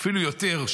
אפילו יותר,